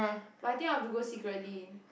but I think I've to go secretly